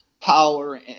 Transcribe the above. power